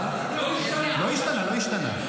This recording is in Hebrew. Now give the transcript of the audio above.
לא השתנה, לא השתנה.